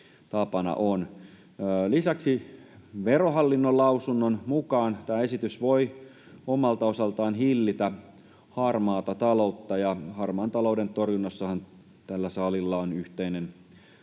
tapana on. Lisäksi Verohallinnon lausunnon mukaan tämä esitys voi omalta osaltaan hillitä harmaata taloutta, ja harmaan talouden torjunnassahan tällä salilla on yhteinen